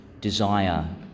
desire